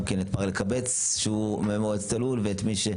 את מר אלקבץ שהוא ממועצת הלול ואת מי,